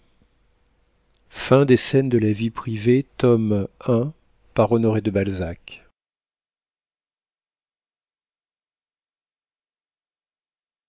i scènes de la vie privée tome i by honoré de balzac